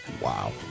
Wow